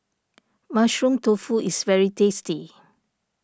Mushroom Tofu is very tasty